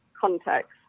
context